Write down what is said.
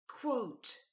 Quote